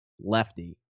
lefty